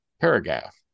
Paragraph